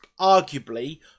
arguably